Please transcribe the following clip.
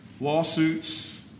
lawsuits